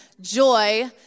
joy